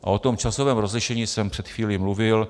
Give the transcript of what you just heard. A o tom časovém rozlišení jsem před chvílí mluvil.